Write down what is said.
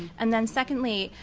and then secondly,